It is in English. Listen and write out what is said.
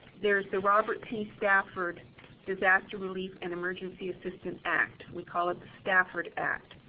there is the robert p stafford disaster relief and emergency assistance act. we call it the stafford act.